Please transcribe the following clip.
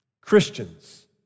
Christians